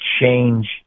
change